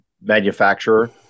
manufacturer